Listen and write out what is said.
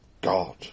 God